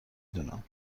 دونم